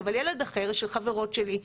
אבל ילד אחר של חברות שלי,